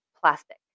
plastic